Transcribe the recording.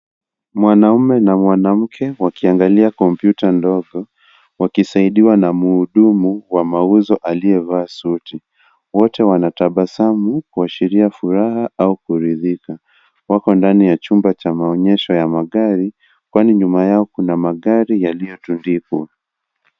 Mwanaume na mwanamke wakiangalia kompyuta ndogo wakisaidiwa na mhudumu wa mauzo aliyevaa suti . Wote wanatabasamu kuashiria furaha au kuridhika . Wako ndani ya chumba cha maonyesho ya magari kwani nyuma yao kuna magari yalitotundikwa.